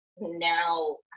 now